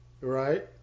Right